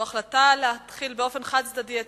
שהוא ההחלטה להתחיל באופן חד-צדדי את